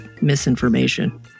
misinformation